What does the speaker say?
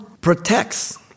protects